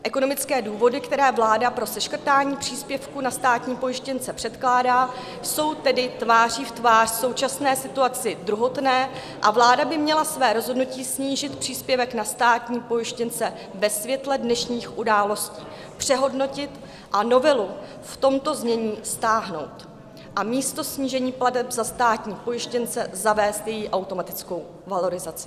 Ekonomické důvody, které vláda pro seškrtání příspěvku na státní pojištěnce předkládá, jsou tedy tváří v tvář současné situaci druhotné a vláda by měla své rozhodnutí snížit příspěvek na státní pojištěnce ve světle dnešních událostí přehodnotit, novelu v tomto znění stáhnout a místo snížení plateb za státní pojištěnce zavést její automatickou valorizaci.